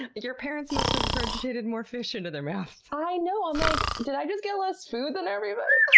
and your parents must have regurgitated more fish into their mouths. i know! i'm like, did i get less food than everybody?